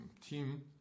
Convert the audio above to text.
team